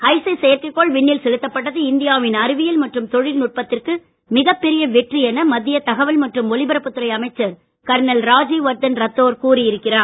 ஹைசிஸ் செயற்கை கோள் விண்ணில் செலுத்தப்பட்டது இந்தியாவின் அறிவியல் மற்றும் தொழில்நுட்பத்திற்கு ஓர் மிகப்பெரிய வெற்றி என மத்திய தகவல் மற்றும் ஒலிபரப்புத்துறை அமைச்சர் கர்னல் ராஜீவ்வர்தன் ரத்தோர் கூறி இருக்கிறார்